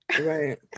Right